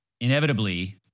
Inevitably